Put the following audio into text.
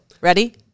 Ready